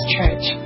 Church